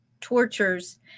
tortures